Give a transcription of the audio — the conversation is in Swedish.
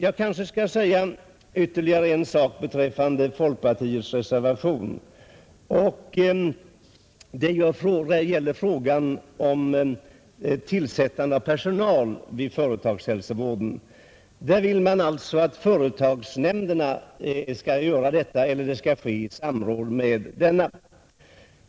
Jag kanske skall säga ytterligare en sak beträffande folkpartiets reservationer, och jag syftar på den reservation som gäller tillsättning av personal inom företagshälsovården. Folkpartiet vill att företagsnämnderna skall tillsätta personal eller att tillsättning skall ske i samråd med dessa.